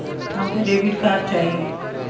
हमके debit card चाही?